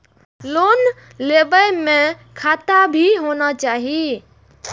Loan लेबे में खाता भी होना चाहि?